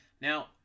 Now